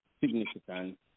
significant